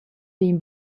vegn